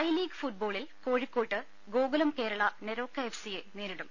I league ഫുട്ബോളിൽ കോഴിക്കോട്ട് Gokulam Kerala NEROCA FC യെ നേരിടും